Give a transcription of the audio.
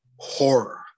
horror